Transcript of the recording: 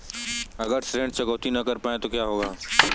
अगर ऋण चुकौती न कर पाए तो क्या होगा?